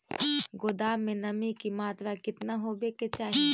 गोदाम मे नमी की मात्रा कितना होबे के चाही?